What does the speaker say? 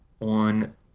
on